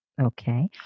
Okay